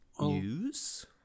News